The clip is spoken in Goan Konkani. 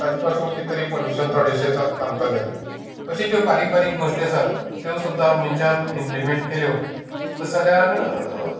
ताजे पासून कितें तरी पोल्यूशन जातलें अश्यो ज्यो बारीक बारीक गोश्टी आसा त्यो सुद्दां मनशान इंप्लिमेंट केल्यो तशें जाल्यार